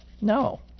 No